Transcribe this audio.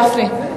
גפני.